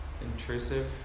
intrusive